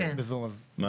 אם